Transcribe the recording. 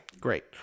Great